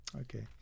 Okay